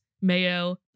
mayo